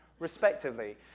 respectively.